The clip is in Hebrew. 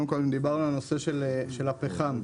דיברנו על נושא הפחם,